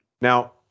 Now